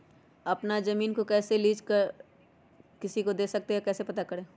अपना जमीन को कैसे लीज पर किसी को दे सकते है कैसे पता करें?